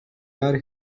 are